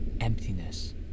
emptiness